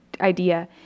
idea